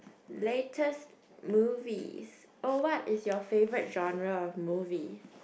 latest movies or what is your favourite of genres of movie